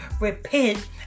repent